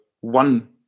one